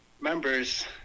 members